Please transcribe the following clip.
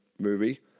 movie